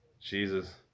Jesus